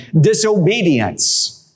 disobedience